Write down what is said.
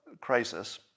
crisis